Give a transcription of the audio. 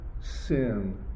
sin